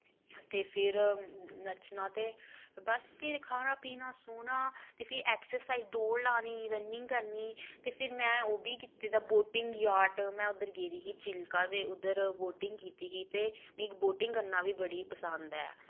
ते फिर नच्चना ते बस फिर खाना पीना स्होना ते फिर एक्सरसाइज दौड़ लानी रनिंग करनी ते फिर मैं ओह् बी कीते दा बोटिंग याट मैं उद्धर गेदी ही चिल्का ते उद्धर बोटिंग कीती ही ते मिकी बोटिंग करना बी बड़ी पसंद ऐ